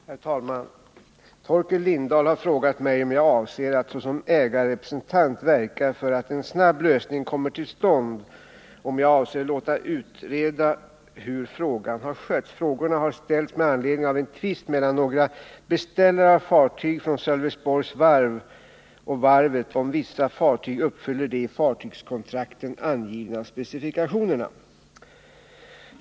Herr talman! Torkel Lindahl har frågat mig om jag avser att såsom ägarrepresentant verka för att en snabb lösning kommer till stånd vid Sölvesborgs Varv och om jag avser låta utreda hur frågan har skötts. Frågorna har ställts med anledning av en tvist mellan några beställare av fartyg från Sölvesborgs Varv och varvet om vissa fartyg uppfyller de i fartygskontrakten angivna specifikationerna.